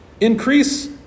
increase